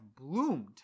bloomed